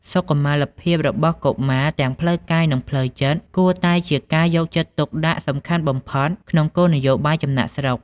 សុខុមាលភាពរបស់កុមារ ទាំងផ្លូវកាយ និងផ្លូវចិត្ត គួរតែជាការយកចិត្តទុកដាក់សំខាន់បំផុតក្នុងគោលនយោបាយចំណាកស្រុក។